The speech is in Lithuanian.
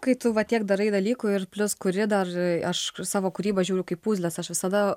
kai tu va tiek darai dalykų ir plius kuri dar aš savo kūrybą žiūriu kaip puzlės aš visada